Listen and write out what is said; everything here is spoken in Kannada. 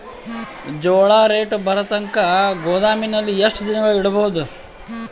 ಜೋಳ ರೇಟು ಬರತಂಕ ಗೋದಾಮಿನಲ್ಲಿ ಎಷ್ಟು ದಿನಗಳು ಯಿಡಬಹುದು?